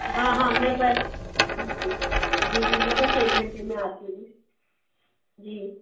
हाँ हाँ मैं बस जी जी मैं बस एक घंटे मे आती हूँ जी